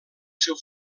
seu